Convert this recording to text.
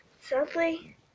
Sadly